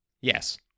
Yes